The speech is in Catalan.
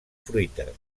fruites